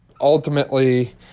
ultimately